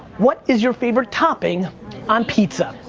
what is your favorite topping on pizza?